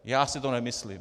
Já si to nemyslím.